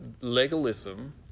legalism